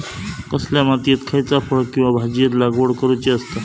कसल्या मातीयेत खयच्या फळ किंवा भाजीयेंची लागवड करुची असता?